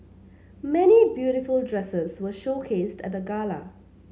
many beautiful dresses were showcased at the gala